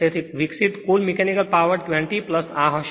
તેથી વિકસિત કુલ મીકેનિકલ પાવર 20 આ હશે